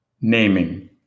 naming